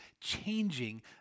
changing